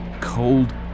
cold